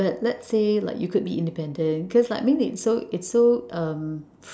but let's say like you could be independent cause like I mean it's so it's so uh